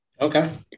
Okay